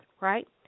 right